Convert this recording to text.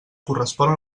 correspon